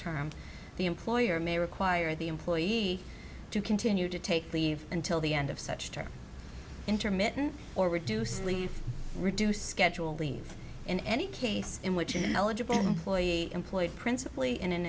term the employer may require the employee to continue to take leave until the end of such term intermittent or reduce reduced schedule leave in any case in which an eligible lawyer employed principally in an